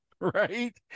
right